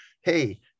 Hey